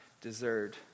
deserved